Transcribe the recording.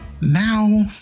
Now